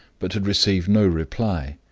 but had received no reply.